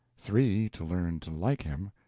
three to learn to like him,